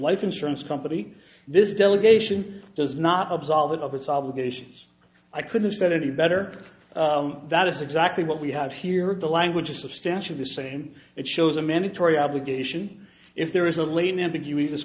life insurance company this delegation does not absolve it of its obligations i couldn't get any better that is exactly what we have here the language is substantially the same it shows a mandatory obligation if there is a lane ambigu